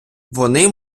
вони